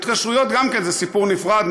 התקשרויות זה סיפור נפרד,